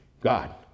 God